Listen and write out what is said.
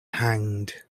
hanged